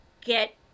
get